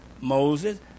Moses